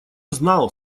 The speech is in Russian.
знал